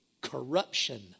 corruption